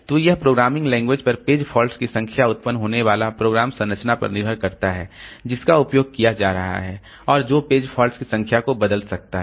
तो यह programming language पर पेज फॉल्ट्स की संख्या उत्पन्न होने वाली प्रोग्राम संरचना पर भी निर्भर करता है जिसका उपयोग किया जा रहा है और जो पेज फॉल्ट्स की संख्या को बदल सकता है